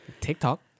TikTok